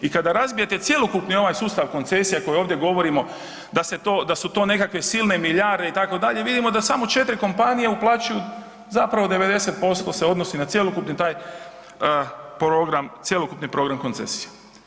I kada razbijete cjelokupni ovaj sustav koncesija koji ovdje govorimo da su to nekakve silne milijarde itd., vidimo da samo 4 kompanije uplaćuju zapravo 90% se odnosi na cjelokupni taj program, cjelokupni program koncesija.